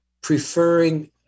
preferring